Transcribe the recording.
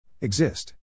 Exist